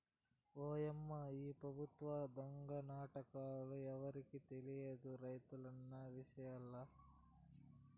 ఓయమ్మా ఈ పెబుత్వాల దొంగ నాటకాలు ఎవరికి తెలియదు రైతన్న విషయంల